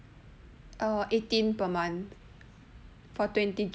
err eighteen per month for twenty gig